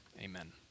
amen